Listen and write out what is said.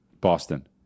Boston